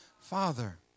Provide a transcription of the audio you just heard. father